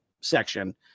section